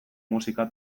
musika